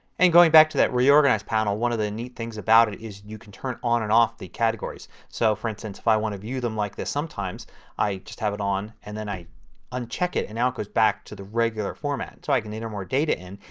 and going back to that reorganize panel one of the neat things about it is you can turn on and off the categories. so for instance if i want to view them like this sometimes i just have it on and then i uncheck it and now it goes back to the regular format. so i can enter more data in,